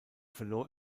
verlor